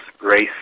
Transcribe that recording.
race